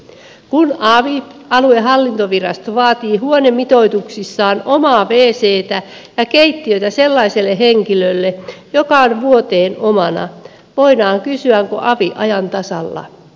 kun avi aluehallintovirasto vaatii huonemitoituksissaan omaa wctä ja keittiötä sellaiselle henkilölle joka on vuoteen omana voidaan kysyä onko avi ajan tasalla